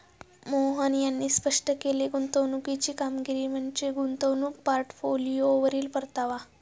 मोहन यांनी स्पष्ट केले की, गुंतवणुकीची कामगिरी म्हणजे गुंतवणूक पोर्टफोलिओवरील परतावा